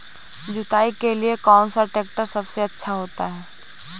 जुताई के लिए कौन सा ट्रैक्टर सबसे अच्छा होता है?